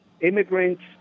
immigrants